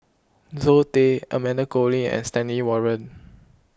Zoe Tay Amanda Koe Lee and Stanley Warren